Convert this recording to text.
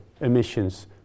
emissions